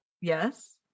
Yes